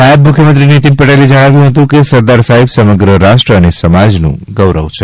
નાયબ મુખ્યમંત્રી નીતિન પટેલે જણાવ્યું હતું કે સરદાર સાહેબ સમગ્ર રાષ્ટ્ર અને સમાજનું ગૌરવ છે